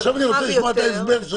עכשיו אני רוצה לשמוע את ההסבר שלהם.